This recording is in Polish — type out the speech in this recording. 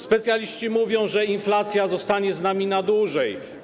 Specjaliści mówią, że inflacja zostanie z nami na dłużej.